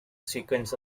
sequence